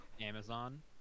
Amazon